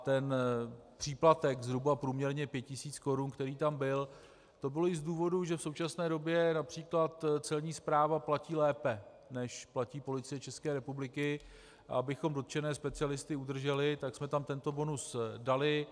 Ten příplatek zhruba průměrně pět tisíc korun, který tam byl, to bylo i z důvodu, že v současné době např. Celní správa platí lépe, než platí Policie České republiky, a abychom dotčené specialisty udrželi, tak jsme tam tento bonus dali.